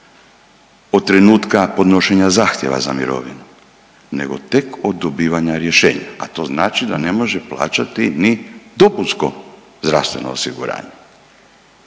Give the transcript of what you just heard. od trenutka podnošenja zahtjeva za mirovinu nego tek od dobivanja rješenja, a to znači da ne može plaćati ni dopunsko zdravstveno osiguranje.